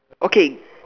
okay